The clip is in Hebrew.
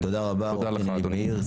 תודה רבה, עו"ד יניב מאיר.